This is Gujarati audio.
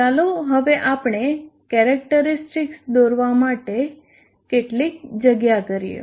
ચાલો હવે આપણે કેરેક્ટરીસ્ટિક્સ દોરવા માટે કેટલીક જગ્યા કરીએ